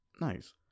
Nice